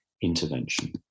intervention